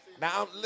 Now